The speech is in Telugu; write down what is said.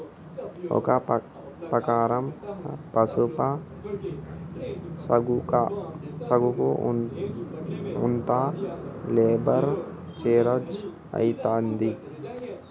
ఒక ఎకరం పసుపు సాగుకు ఎంత లేబర్ ఛార్జ్ అయితది?